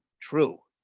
true.